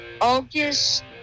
August –